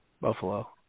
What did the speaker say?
Buffalo